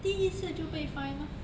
第一次就被 fine mah